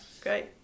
great